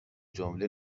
جمله